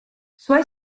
suoi